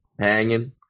Hanging